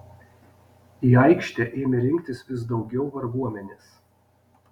į aikštę ėmė rinktis vis daugiau varguomenės